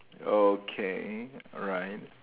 okay alright